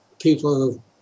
people